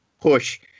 push